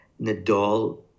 Nadal